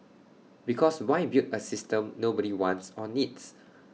because why build A system nobody wants or needs